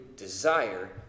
Desire